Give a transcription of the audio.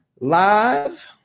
Live